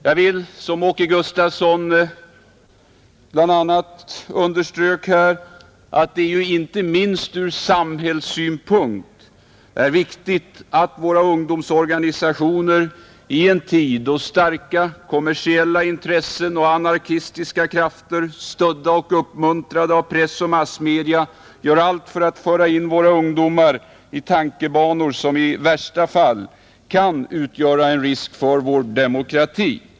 Jag vill framhålla att det, såsom herr Gustavsson i Nässjö bl.a. underströk, inte minst ur samhällssynpunkt är viktigt att stödja våra ungdomsorganisationer i en tid då starka kommersiella intressen och anarkistiska krafter, stödda och uppmuntrade av press och massmedia, gör allt för att föra in vår ungdom i tankebanor som i värsta fall kan utgöra en risk för vår demokrati.